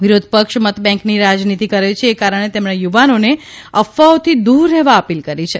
વિરોધપક્ષ મતબેંકની રાજનીતી કરે છે એ કારણે તેમણે યુવાનોને અફવાઓથી દુર રહેવા અપીલ કરી છે